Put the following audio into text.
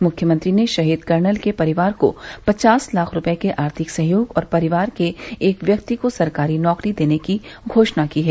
मुख्यमंत्री ने शहीद कर्नल के परिवार को पचास लाख रूपये के आर्थिक सहयोग और परिवार के एक व्यक्ति को सरकारी नौकरी देने की घोषणा की है